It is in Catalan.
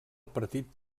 partit